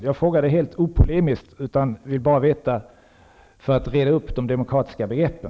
Jag frågar helt opolemiskt och vill bara reda upp de demokratiska begreppen.